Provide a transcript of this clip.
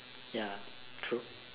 ya true